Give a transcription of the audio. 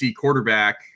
quarterback